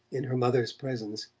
in her mother's presence,